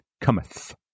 cometh